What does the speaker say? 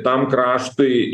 tam kraštui